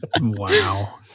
Wow